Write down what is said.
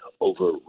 over